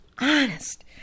honest